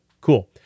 Cool